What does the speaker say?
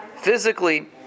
physically